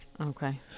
Okay